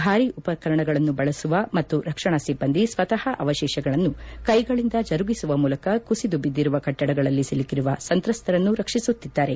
ಭಾರಿ ಉಪಕರಣಗಳನ್ನು ಬಳಸುವ ಮತ್ತು ರಕ್ಷಣಾ ಸಿಬ್ಬಂದಿ ಸ್ವತಃ ಅವಶೇಷಗಳನ್ನು ಕೈಗಳಿಂದ ಜರುಗಿಸುವ ಮೂಲಕ ಕುಸಿದು ಬಿದ್ದಿರುವ ಕಟ್ಟಡಗಳಲ್ಲಿ ಸಿಲುಕಿರುವ ಸಂತ್ರಸ್ತರನ್ನು ರಕ್ಷಿಸುತ್ತಿದ್ದಾರೆ